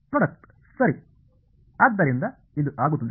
product ಸರಿ ಆದ್ದರಿಂದ ಇದು ಆಗುತ್ತದೆ